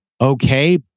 okay